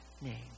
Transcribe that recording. name